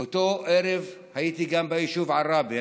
באותו ערב הייתי גם ביישוב עראבה,